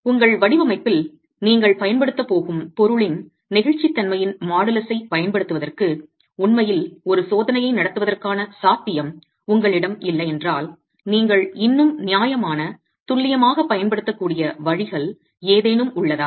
உங்கள் வடிவமைப்பில் நீங்கள் பயன்படுத்தப் போகும் பொருளின் நெகிழ்ச்சித்தன்மையின் மாடுலஸைப் பயன்படுத்துவதற்கு உண்மையில் ஒரு சோதனையை நடத்துவதற்கான சாத்தியம் உங்களிடம் இல்லையென்றால் நீங்கள் இன்னும் நியாயமான துல்லியமாகப் பயன்படுத்தக்கூடிய வழிகள் ஏதேனும் உள்ளதா